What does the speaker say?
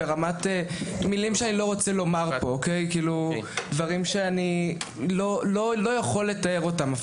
של מילים שאני לא רוצה לומר פה; דברים שאני לא יכול לתאר אותם,